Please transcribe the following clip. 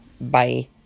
Bye